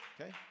Okay